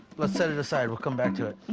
let's set it aside, we'll come back to it.